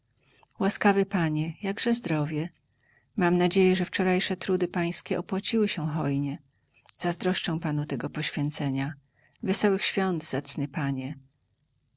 łaskawy panie jakże zdrowie mam nadzieję że wczorajsze trudy pańskie opłaciły się hojnie zazdroszczę panu tego poświęcenia wesołych świąt zacny panie